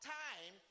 time